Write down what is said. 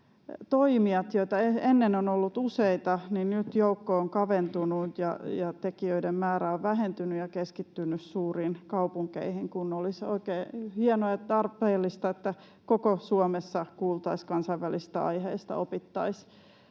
joukko, joita ennen on ollut useita, on nyt kaventunut ja tekijöiden määrä on vähentynyt ja keskittynyt suuriin kaupunkeihin, kun olisi oikein hienoa ja tarpeellista, että koko Suomessa kuultaisiin kansainvälisistä aiheista, opittaisiin